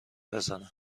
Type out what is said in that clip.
بزنه